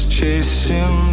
chasing